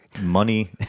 money